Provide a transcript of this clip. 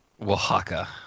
Oaxaca